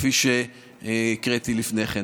כפי שהקראתי לפני כן.